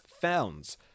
founds